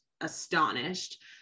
astonished